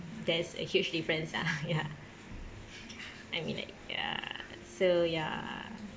there's a huge difference ah ya I mean like ya so ya